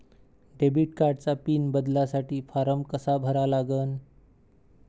Debit कार्डचा pin बदलासाठी form कसा भरा लागन?